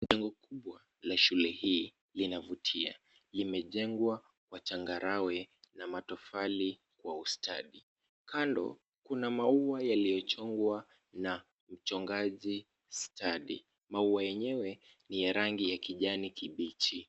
Jengo kubwa la shule hii linavutia. Limejengwa kwa changarawe na matofali kwa ustadi. Kando kuna maua yaliyochongwa na mchongaji stadi. Maua yenyewe ni ya rangi ya kijani kibichi.